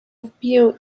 wbiję